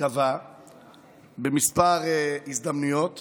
קבע בכמה הזדמנויות